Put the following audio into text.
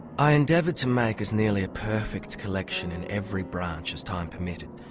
i endeavour to make as nearly a perfect collection in every branch as time permitted.